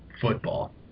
football